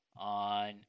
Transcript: on